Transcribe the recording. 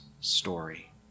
story